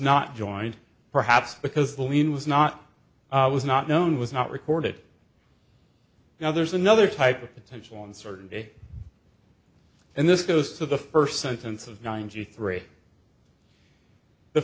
not joint perhaps because the lien was not was not known was not recorded now there's another type of potential uncertainty and this goes to the first sentence of ninety three the